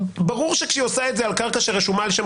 ברור שכשהיא עושה את זה על קרקע שרשומה על שם